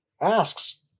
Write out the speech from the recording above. asks